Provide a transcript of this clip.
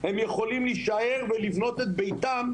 הם יכולים להישאר ולבנות את ביתם,